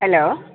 hello